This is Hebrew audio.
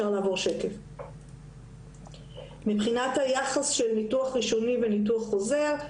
בשקף הבא אפשר לראות את היחס בין ניתוח ראשוני וניתוח חוזר.